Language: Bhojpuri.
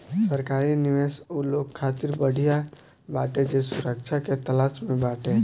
सरकारी निवेश उ लोग खातिर बढ़िया बाटे जे सुरक्षा के तलाश में बाटे